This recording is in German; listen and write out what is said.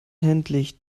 endlich